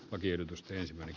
tiedotustehtäväni